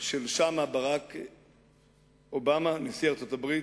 של שם, ברק אובמה, נשיא ארצות-הברית,